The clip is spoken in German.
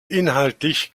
inhaltlich